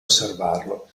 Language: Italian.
osservarlo